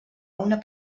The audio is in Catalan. una